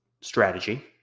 strategy